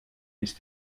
ist